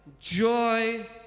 joy